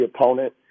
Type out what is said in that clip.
opponent